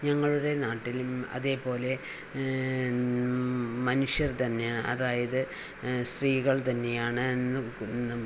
ഞങ്ങളുടെ നാട്ടിൽ അതേപോലെ മനുഷ്യർ തന്നെയാണ് അതായത് സ്ത്രീകൾ തന്നെയാണ് അന്നും ഇന്നും